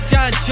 John